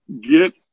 get